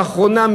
באחרונה,